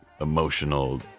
emotional